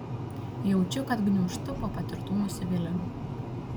jaučiu kad gniūžtu po patirtų nusivylimų